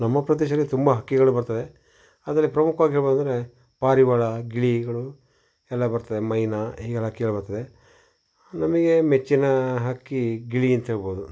ನಮ್ಮ ಪ್ರದೇಶದಲ್ಲಿ ತುಂಬ ಹಕ್ಕಿಗಳು ಬರುತ್ತದೆ ಆದರೆ ಪ್ರಮುಖವಾಗಿ ಹೇಳಬಹುದು ಅಂದರೆ ಪಾರಿವಾಳ ಗಿಳಿಗಳು ಎಲ್ಲ ಬರುತ್ತದೆ ಮೈನಾ ಹೀಗೆಲ್ಲ ಹಕ್ಕಿಗಳು ಬರುತ್ತದೆ ನಮಗೆ ಮೆಚ್ಚಿನ ಹಕ್ಕಿ ಗಿಳಿ ಅಂಥೇಳ್ಬಹುದು